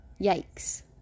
Yikes